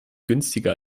günstiger